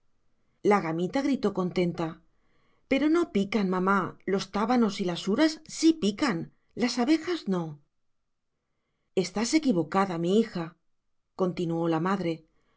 la gamita gritó contenta pero no pican mamá los tábanos y las uras sí pican las abejas no estás equivocada mi hija continuó la madre